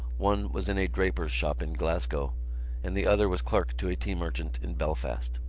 one was in a draper's shop in glasgow and the other was clerk to a tea-merchant in belfast.